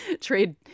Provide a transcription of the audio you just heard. trade